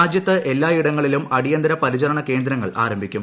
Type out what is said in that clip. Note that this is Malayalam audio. രാജൃത്ത് എല്ലായിടങ്ങളിലും അടിയന്തര പരിചരണ കേന്ദ്രങ്ങൾ ആരംഭിക്കും